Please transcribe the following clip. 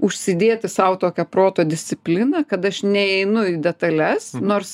užsidėti sau tokią proto discipliną kad aš neinu į detales nors